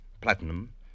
platinum